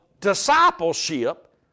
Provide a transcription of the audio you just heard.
discipleship